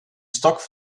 stock